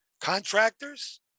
Contractors